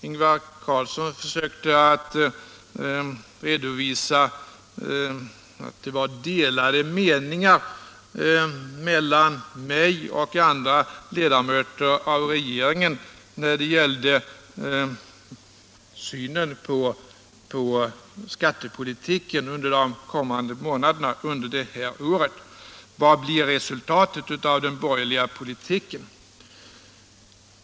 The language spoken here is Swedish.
Ingvar Carlsson i Tyresö försökte påvisa att det fanns delade meningar mellan mig och andra ledamöter av regeringen när det gällde synen på skattepolitiken under de kommande månaderna det här året. Vad blir resultatet av den borgerliga politiken? undrade han.